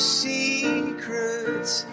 secrets